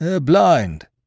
Blind